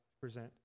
present